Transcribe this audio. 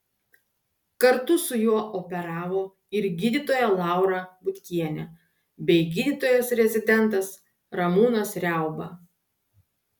kartu su juo operavo ir gydytoja laura butkienė bei gydytojas rezidentas ramūnas riauba